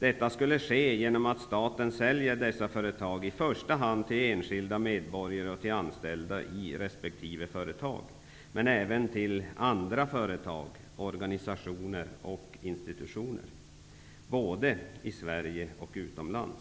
Detta skall ske genom att staten skall sälja dessa företag i första hand till enskilda medborgare och till anställda i resp. företag -- men även till andra företag, organisationer och institutioner i Sverige och utomlands.